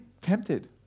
tempted